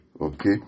okay